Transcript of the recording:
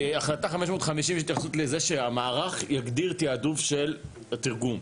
בהחלטה 550 יש התייחסות לכך שהמערך יגדיר תיעדוף של תרגום,